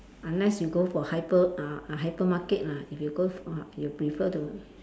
unless you go for hyper uh uh hypermarket lah if you go for you prefer to